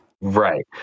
Right